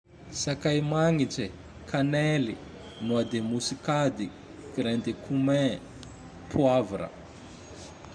Sakay magnitse, kanely, noa de moskady, grain de komin, poavra.